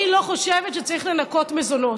אני לא חושבת שצריך לנכות ממזונות.